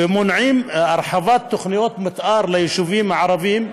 ומונעות הרחבת תוכניות מתאר ליישובים הערביים.